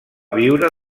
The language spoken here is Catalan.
viure